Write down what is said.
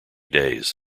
days